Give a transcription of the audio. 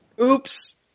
Oops